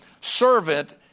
servant